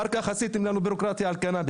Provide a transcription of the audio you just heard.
אחר כך עשיתם לנו בירוקרטיה על קנביס,